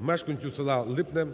мешканцю села Липне